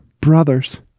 brothers